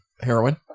heroin